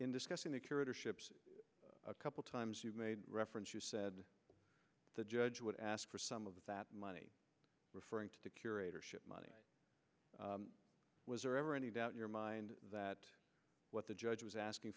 in discussing the curatorship a couple times you made reference you said the judge would ask for some of that money referring to the curator ship money was there ever any doubt in your mind that what the judge was asking